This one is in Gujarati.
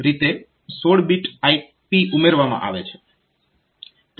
તો આ રીતે 16 બીટ IP ઉમેરવામાં આવે છે